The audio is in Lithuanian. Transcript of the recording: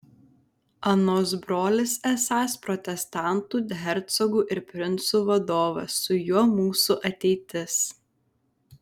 anos brolis esąs protestantų hercogų ir princų vadovas su juo mūsų ateitis